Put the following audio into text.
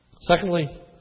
Secondly